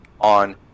on